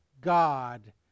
God